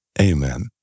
Amen